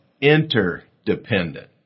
interdependent